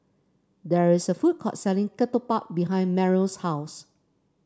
there is a food court selling ketupat behind Merrill's house